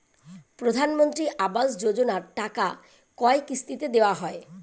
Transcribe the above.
প্রধানমন্ত্রী আবাস যোজনার টাকা কয় কিস্তিতে দেওয়া হয়?